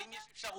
האם יש אפשרות,